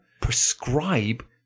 prescribe